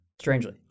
Strangely